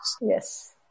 Yes